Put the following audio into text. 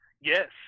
Yes